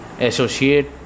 associate